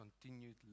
continued